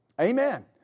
Amen